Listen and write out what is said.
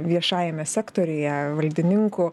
viešajame sektoriuje valdininkų